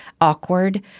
awkward